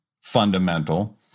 fundamental